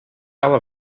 other